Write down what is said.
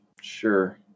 sure